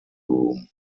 room